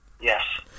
Yes